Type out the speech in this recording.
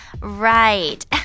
Right